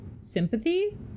sympathy